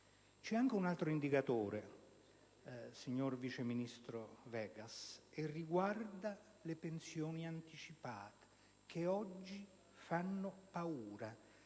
C'è anche un altro indicatore, signor vice ministro Vegas, e riguarda le pensioni anticipate, che oggi fanno paura.